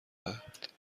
دهد